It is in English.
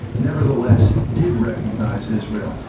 nevertheless did recognise israel.